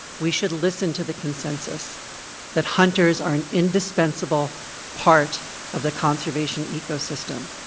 we should listen to the consensus that hunters are an indispensable part of the conservation ecosystem.